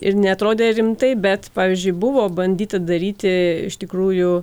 ir neatrodė rimtai bet pavyzdžiui buvo bandyta daryti iš tikrųjų